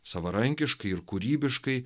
savarankiškai ir kūrybiškai